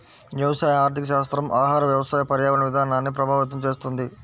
వ్యవసాయ ఆర్థికశాస్త్రం ఆహార, వ్యవసాయ, పర్యావరణ విధానాల్ని ప్రభావితం చేస్తుంది